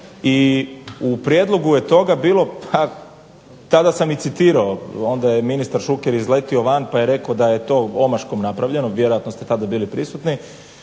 i u prijedlogu je toga bilo tada sam i citirao, onda je ministar Šuker izletio van pa je rekao da je to omaškom napravljeno. Vjerojatno ste tada bili prisutni,